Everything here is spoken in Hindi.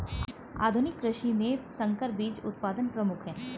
आधुनिक कृषि में संकर बीज उत्पादन प्रमुख है